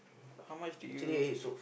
how much did you